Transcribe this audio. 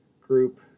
group